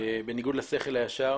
בניגוד לשכל הישר.